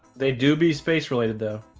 they do be space related though.